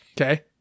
Okay